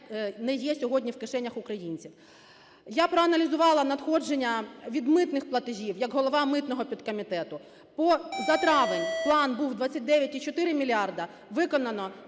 не є сьогодні в кишенях українців. Я проаналізувала надходження від митних платежів, як голова митного підкомітету. За травень план був - 29,4 мільярда, виконано,